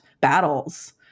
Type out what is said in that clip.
battles